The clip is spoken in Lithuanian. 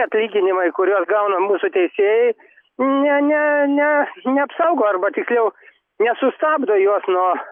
atlyginimai kuriuos gauna mūsų teisėjai ne ne ne neapsaugo arba tiksliau nesustabdo juos nuo